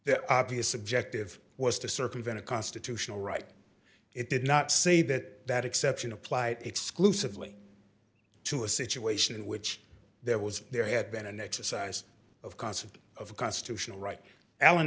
the obvious objective was to circumvent a constitutional right it did not say that that exception applied exclusively to a situation in which there was there had been an exercise of concept of constitutional right alan